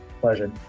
Pleasure